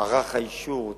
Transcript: מערך האישור,